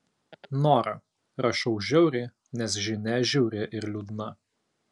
nora rašau žiauriai nes žinia žiauri ir liūdna